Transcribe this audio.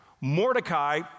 Mordecai